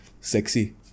sexy